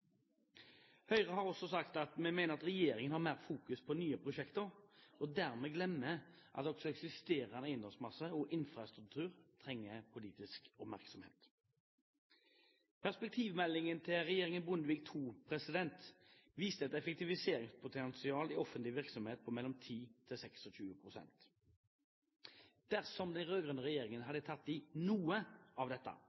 Høyre har også sagt at vi mener regjeringen fokuserer mer på nye prosjekter og dermed glemmer at også eksisterende eiendomsmasse og infrastruktur trenger politisk oppmerksomhet. Perspektivmeldingen til regjeringen Bondevik II viste et effektiviseringspotensial i offentlig virksomhet på 10–26 pst. Dersom den rød-grønne regjeringen